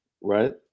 Right